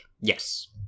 Yes